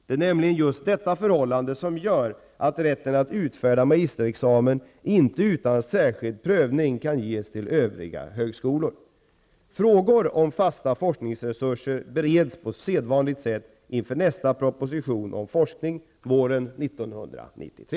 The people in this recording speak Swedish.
Det är nämligen just detta förhållande som gör att rätten att utfärda magisterexamen inte utan särskild prövning kan ges till övriga högskolor. Frågor om fasta forskningsresuser bereds på sedvanligt sätt inför nästa proposition om forskning våren 1993.